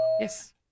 Yes